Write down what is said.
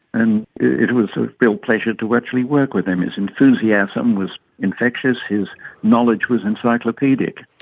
and it was a real pleasure to actually work with him. his enthusiasm was infectious, his knowledge was encyclopaedic.